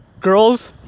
girls